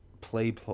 play